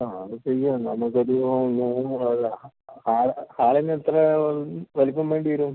ആ അത് ചെയ്യാം നമുക്കത് ഇന്ന് പറയാം ഹാൾ ഹാളിന് എത്ര വലുപ്പം വേണ്ടി വരും